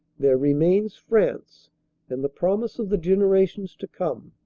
there remains france and the promise of the generations to come.